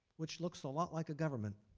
which looks a lot like a government.